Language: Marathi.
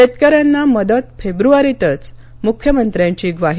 शेतकर्यां ना मदत फेब्रुवारीतच मुख्यमंत्र्यांची ग्वाही